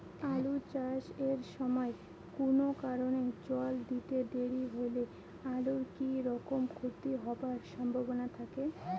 আলু চাষ এর সময় কুনো কারণে জল দিতে দেরি হইলে আলুর কি রকম ক্ষতি হবার সম্ভবনা থাকে?